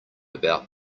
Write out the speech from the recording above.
about